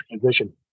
transition